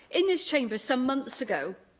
in this chamber, some months ago,